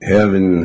Heaven